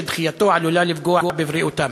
שדחייתו עלולה לפגוע בבריאותם.